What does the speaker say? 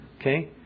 Okay